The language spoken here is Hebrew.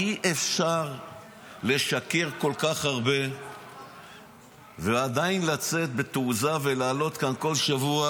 אי-אפשר לשקר כל כך הרבה ועדיין לצאת בתעוזה ולעלות כאן כל שבוע,